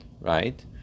right